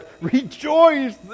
rejoice